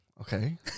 Okay